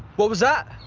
iwhat was that?